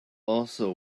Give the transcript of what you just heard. also